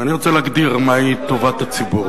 ואני רוצה להגדיר מהי טובת הציבור.